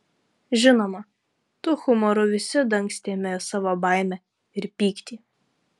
žinoma tuo humoru visi dangstėme savo baimę ir pyktį